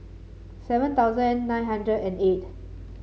seven thousand nine hundred and eight